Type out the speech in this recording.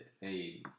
Hey